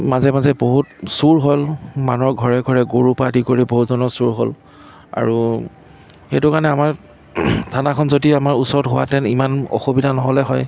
মাজে মাজে বহুত চুৰ হ'ল মানুহৰ ঘৰে ঘৰে গৰুৰ পৰা আদি কৰি বহুত ধৰণৰ চুৰ হ'ল আৰু সেইটো কাৰণে আমাৰ থানাখন যদি আমাৰ ওচৰত হোৱাহেঁতেন ইমান অসুবিধা নহ'লে হয়